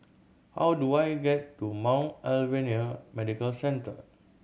how do I get to Mount Alvernia Medical Centre